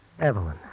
Evelyn